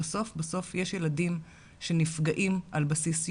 יש ילדים שנפגעים על בסיס יום-יומי,